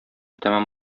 тәмам